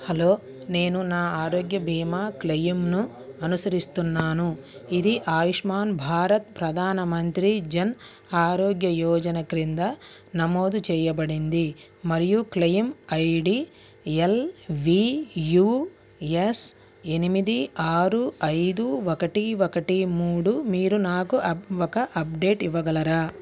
hello నేను నా ఆరోగ్య భీమా క్లెయిమ్ను అనుసరిస్తున్నాను ఇది ఆయుష్మాన్ భారత్ ప్రధాన మంత్రి జన్ ఆరోగ్య యోజన క్రింద నమోదు చేయబడింది మరియు క్లెయిమ్ ఐడీ ఎల్వీయూఎస్ ఎనిమిది ఆరు ఐదు ఒకటి ఒకటి మూడు మీరు నాకు అప్ ఒక అప్డేట్ ఇవ్వగలరా